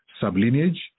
sublineage